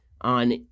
on